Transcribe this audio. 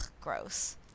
gross